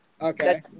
Okay